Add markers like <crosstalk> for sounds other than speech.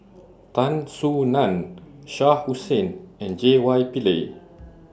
<noise> Tan Soo NAN Shah Hussain and J Y Pillay